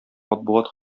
матбугат